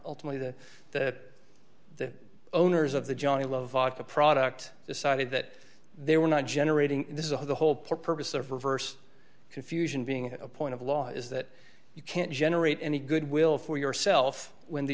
ultimately the that the owners of the johnnie love the product decided that they were not generating this is the whole purpose of reverse confusion being a point of law is that you can't generate any goodwill for yourself when the